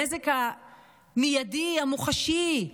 הנזק המיידי, המוחשי,